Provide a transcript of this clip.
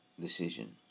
decision